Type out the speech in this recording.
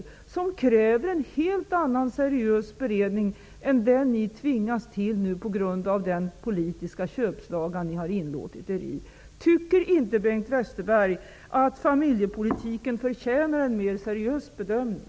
De frågorna kräver en helt annan och mer seriös beredning än den ni tvingats till på grund av den politiska köpslagan ni har inlåtit er i. Tycker inte Bengt Westerberg att familjepolitiken förtjänar en mer seriös bedömning?